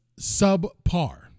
subpar